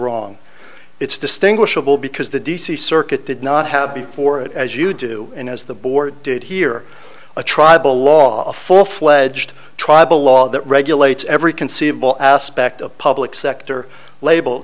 wrong it's distinguishable because the d c circuit did not have before it as you do and as the board did here a tribal law a full fledged tribal law that regulates every conceivable aspect of public sector label